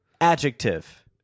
adjective